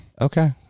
Okay